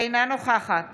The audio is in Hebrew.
אינה נוכחת